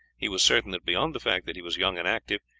he was certain that beyond the fact that he was young and active,